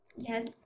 Yes